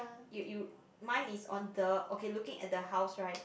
you you mine is on the okay looking at the house right